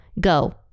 Go